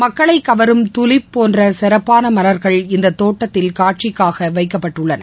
மக்களை கவரும் துலிப் போன்ற சிறப்பான மலர்கள் இந்தத் தோட்டத்தில் காட்சிக்காக வைக்கப்பட்டுள்ளன